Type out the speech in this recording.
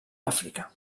àfrica